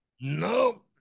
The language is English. No